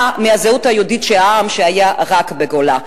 מהזהות היהודית של העם שהיה רק בגולה.